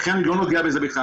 לכן אני לא נוגע בזה בכלל.